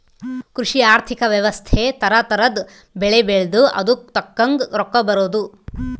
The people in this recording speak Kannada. ಕೃಷಿ ಆರ್ಥಿಕ ವ್ಯವಸ್ತೆ ತರ ತರದ್ ಬೆಳೆ ಬೆಳ್ದು ಅದುಕ್ ತಕ್ಕಂಗ್ ರೊಕ್ಕ ಬರೋದು